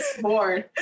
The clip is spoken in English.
born